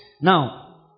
now